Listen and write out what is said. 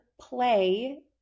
play